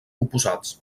oposats